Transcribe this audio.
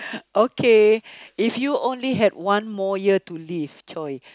okay if you only had one more year to live !choy!